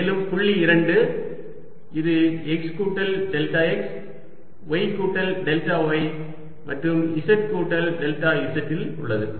மேலும் புள்ளி 2 இது x கூட்டல் டெல்டா x y கூட்டல் டெல்டா y மற்றும் z கூட்டல் டெல்டா z இல் உள்ளது